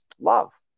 love